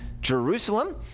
Jerusalem